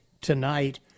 tonight